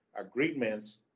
agreements